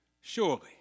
Surely